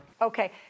Okay